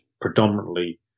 predominantly